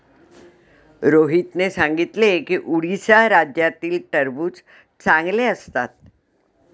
रोहितने सांगितले की उडीसा राज्यातील टरबूज चांगले असतात